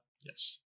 Yes